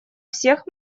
всех